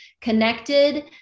connected